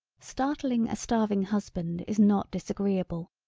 startling a starving husband is not disagreeable.